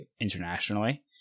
internationally